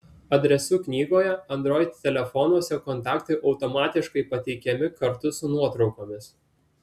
adresų knygoje android telefonuose kontaktai automatiškai pateikiami kartu su nuotraukomis